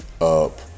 up